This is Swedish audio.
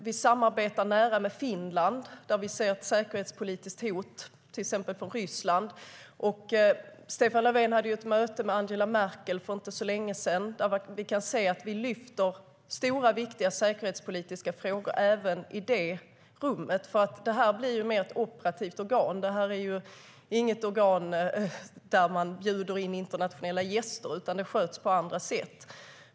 Vi samarbetar nära med Finland då vi ser ett säkerhetspolitiskt hot, till exempel från Ryssland. Stefan Löfven hade ett möte med Angela Merkel för inte så länge sedan. Vi kan se att vi lyfter stora och viktiga säkerhetspolitiska frågor även i det rummet. Det här blir mer ett operativt organ. Det är inget organ där man bjuder in internationella gäster, utan det sköts på andra sätt.